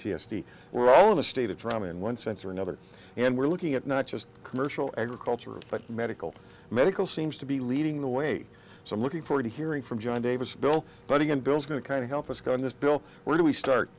d we're all in a state of drama in one sense or another and we're looking at not just commercial agriculture but medical medical seems to be leading the way so i'm looking forward to hearing from john davis bill but again bill's going to kind of help us going this bill where do we start